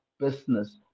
business